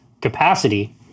capacity